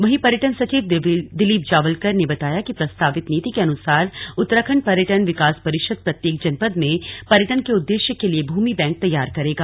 वहीं पर्यटन सचिव दिलीप जावलकर ने बताया कि प्रस्तावित नीति के अनुसार उत्तराखण्ड पर्यटन विकास परिषद प्रत्येक जनपद में पर्यटन के उद्देश्य के लिए भूमि बैंक तैयार करेगा